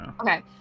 Okay